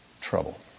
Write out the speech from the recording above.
trouble